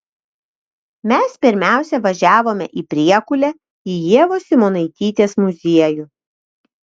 mes pirmiausia važiavome į priekulę į ievos simonaitytės muziejų